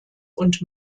und